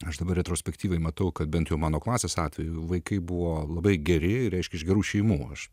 aš dabar retrospektyviai matau kad bent jau mano klasės atveju vaikai buvo labai geri reiškia iš gerų šeimų aš